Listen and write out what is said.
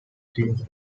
teams